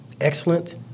excellent